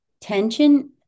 tension